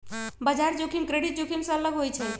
बजार जोखिम क्रेडिट जोखिम से अलग होइ छइ